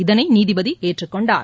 இதனை நீதிபதி ஏற்றுக் கொண்டார்